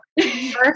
First